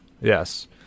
yes